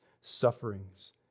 sufferings